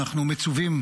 אנחנו מצווים